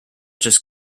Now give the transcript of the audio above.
just